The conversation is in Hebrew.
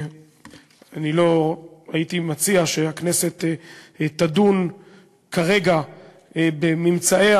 לא הייתי מציע שהכנסת תדון כרגע בממצאיה,